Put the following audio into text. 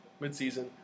midseason